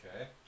Okay